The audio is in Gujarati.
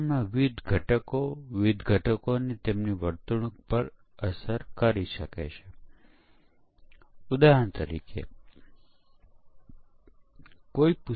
મેં આ વિવિધ પ્રકારની બગ દૂર કરવાની તકનીકોને વિવિધ રંગીન ફિલ્ટર્સ તરીકે રંગીન કર્યું છે